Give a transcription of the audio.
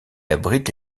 abrite